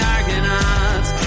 Argonauts